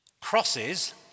crosses